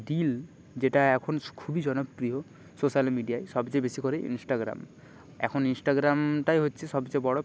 সে যদি ঠুকে দেয় সেই ভয়ে আমি সাড়ে পাঁচটা অবধি রাস্তায় দৌড়ই তারপরে আমি ফুটবল গ্রাউণ্ড আছে আমাদের